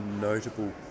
notable